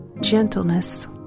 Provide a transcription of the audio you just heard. gentleness